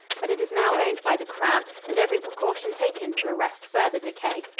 but it is now owned by the crown and every precaution taken to arrest further decay.